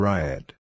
Riot